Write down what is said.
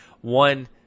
one